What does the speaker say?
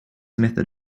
method